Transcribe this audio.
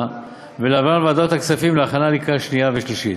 ולהביאן לוועדת הכספים להכנה לקריאה שנייה ושלישית.